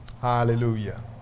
Hallelujah